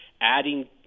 Adding